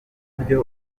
byo